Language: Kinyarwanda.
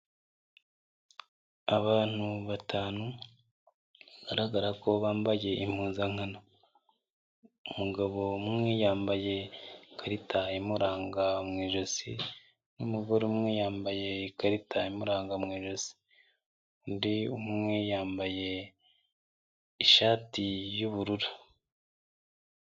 Abantu batanu bigaragara ko bambaye impuzankano, umugabo umwe yambaye ikarita imuranga mu ijosi, n'umugore umwe yambaye ikarita imuranga mu ijosi, undi umwe yambaye ishati y'ubururu.